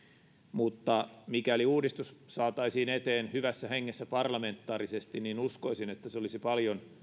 mutta mikäli uudistus saataisiin eteen hyvässä hengessä parlamentaarisesti niin uskoisin että se olisi paljon